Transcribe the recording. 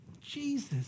Jesus